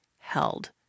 held